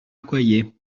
accoyer